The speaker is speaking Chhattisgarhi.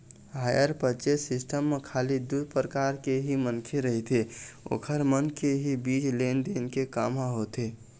हायर परचेस सिस्टम म खाली दू परकार के ही मनखे रहिथे ओखर मन के ही बीच लेन देन के काम ह होथे